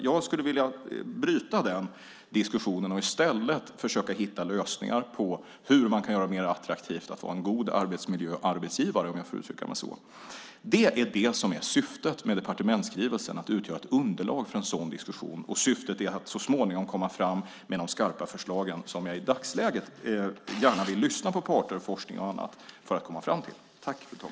Jag skulle vilja bryta den diskussionen och i stället försöka hitta lösningar på hur man kan göra det mer attraktivt att vara en god arbetsmiljöarbetsgivare. Syftet med departementsskrivelsen är att utgöra ett underlag för en sådan diskussion. Syftet är att så småningom komma fram med skarpa förslag. Jag vill i dagsläget gärna lyssna på parter, forskning och andra för att komma fram till dessa förslag.